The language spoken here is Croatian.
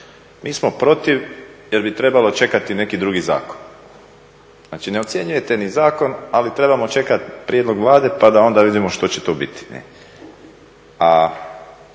mi smo protiv jer bi trebalo čekati neki drugi zakon. Znači, ne ocjenjujete ni zakon, ali trebamo čekati prijedlog Vlade pa da onda vidimo što će to biti.